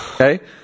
Okay